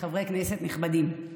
חברי כנסת נכבדים,